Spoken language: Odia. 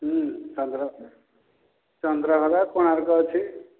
ହଁ ଚନ୍ଦ୍ର ଚନ୍ଦ୍ରଭାଗା କୋଣାର୍କ ଅଛି